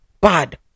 bad